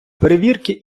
перевірки